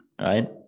right